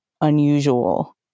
unusual